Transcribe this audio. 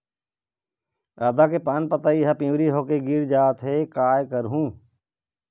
आदा के पान पतई हर पिवरी होथे के गिर कागजात हे, कै करहूं?